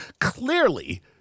Clearly